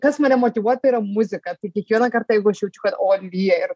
kas mane motyvuoja tai yra muzika tai kiekvieną kartą jeigu aš jaučiu kad o lyja ir